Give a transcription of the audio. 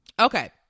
okay